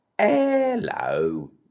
Hello